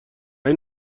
این